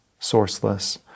sourceless